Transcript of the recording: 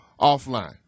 offline